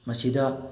ꯃꯁꯤꯗ